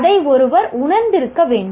அதை ஒருவர் உணர்ந்திருக்க வேண்டும்